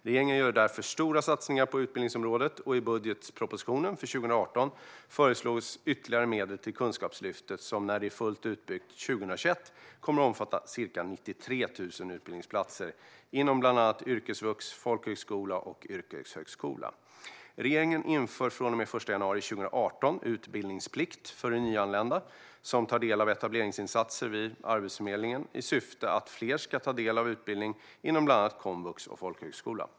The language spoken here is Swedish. Regeringen gör därför stora satsningar på utbildningsområdet, och i budgetpropositionen för 2018 föreslås ytterligare medel till Kunskapslyftet, som, när det är fullt utbyggt 2021, kommer att omfatta ca 93 000 utbildningsplatser inom bland annat yrkesvux, folkhögskola och yrkeshögskola. Regeringen inför från och med den 1 januari 2018 utbildningsplikt för nyanlända som tar del av etableringsinsatser vid Arbetsförmedlingen i syfte att fler ska ta del av utbildning inom bland annat komvux och folkhögskola.